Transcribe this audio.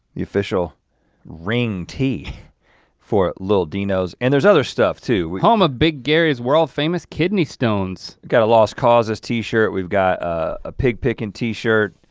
the official ring t for little dino's, and there's other stuff too. home of ah big gary's world famous kidney stones. got a lost causes t-shirt. we've got a pig picking t-shirt.